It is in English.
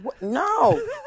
No